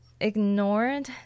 ignored